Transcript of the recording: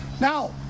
now